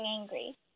angry